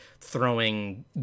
throwing